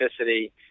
specificity